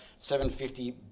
750